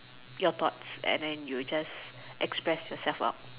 your thoughts and then you just express yourself up